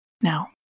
Now